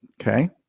Okay